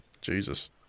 Jesus